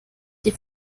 die